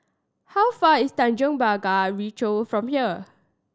how far is Tanjong Pagar Ricoh from here